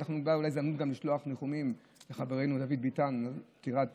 וזו אולי גם הזדמנות לשלוח ניחומים לחברנו דוד ביטן על פטירת